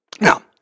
Now